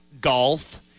golf